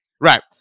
Right